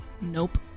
Nope